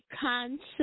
concept